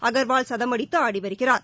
அகாவால் சதம் அடித்து ஆடி வருகிறார்